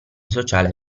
sociale